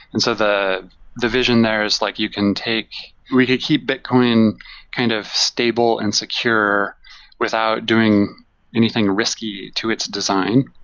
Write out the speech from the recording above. and so the the vision there is like you can take we could keep bitcoin kind of stable and secure without doing anything risky to its design.